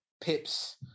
Pips